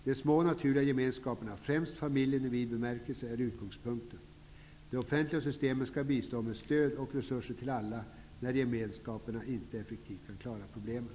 De små naturliga gemenskaperna, främst familjen i vid bemärkelse, är utgångspunkten. De offentliga sy stemen skall bistå med stöd och resurser till alla, när gemenskaperna inte effektivt kan klara av problemen.